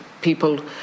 people